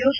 rose